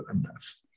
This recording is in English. mess